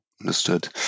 understood